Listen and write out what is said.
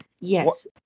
Yes